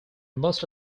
most